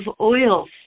oils